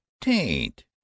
Taint